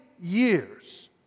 years